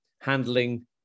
handling